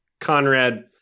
conrad